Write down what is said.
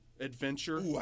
Adventure